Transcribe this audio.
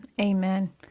Amen